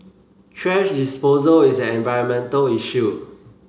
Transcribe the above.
thrash disposal is an environmental issue